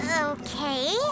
Okay